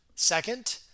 Second